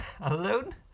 alone